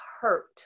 hurt